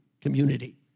Community